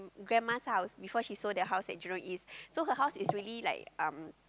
grandma's house before she sold the house at Jurong-East so her house is really like um